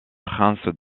princes